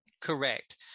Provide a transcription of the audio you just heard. Correct